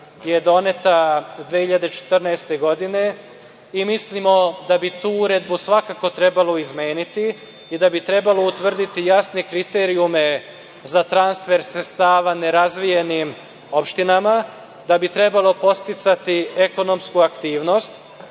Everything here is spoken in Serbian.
je doneta 2014. godine i mislimo da bi tu uredbu svakako trebalo izmeniti i da bi trebalo utvrditi jasne kriterijume za transfer sredstava nerazvijenim opštinama. Da bi trebalo podsticati ekonomsku aktivnost